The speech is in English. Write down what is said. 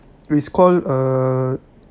it's called err